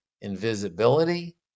invisibility